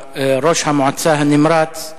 ראש המועצה הנמרץ,